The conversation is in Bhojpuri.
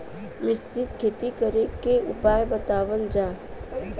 मिश्रित खेती करे क उपाय बतावल जा?